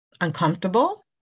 uncomfortable